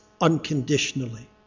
unconditionally